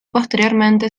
posteriormente